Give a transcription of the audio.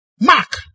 Mark